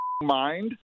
mind